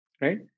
right